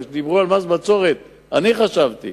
אבל כשדיברו על מס בצורת חשבתי